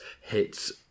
hits